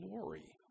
glory